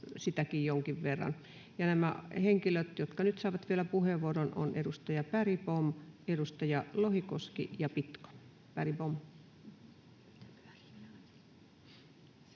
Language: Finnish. nämä henkilöt, jotka nyt saavat vielä puheenvuoron, ovat edustaja Bergbom, edustaja Lohikoski ja Pitko. — Bergbom.